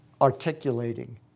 articulating